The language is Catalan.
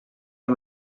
amb